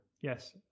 Yes